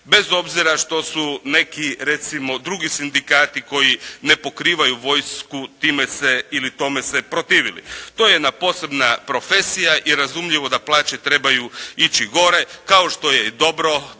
bez obzira što su neki drugi sindikati koji ne pokrivaju vojsku time se, ili tome se protivili. To je jedna posebna profesija i razumljivo je da plaće trebaju ići gore, kao što je i dobro